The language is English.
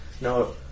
No